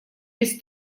без